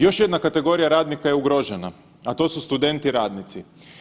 Još jedna kategorija radnika je ugrožena, a to su studenti radnici.